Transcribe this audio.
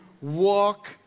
walk